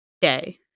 day